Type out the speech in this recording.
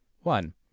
One